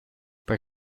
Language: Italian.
per